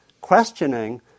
questioning